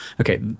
Okay